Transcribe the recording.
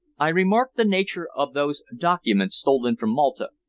i remarked the nature of those documents stolen from malta,